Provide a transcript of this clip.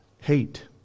hate